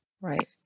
Right